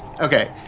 Okay